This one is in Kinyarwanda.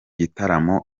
gitaramo